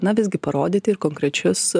na visgi parodyti ir konkrečius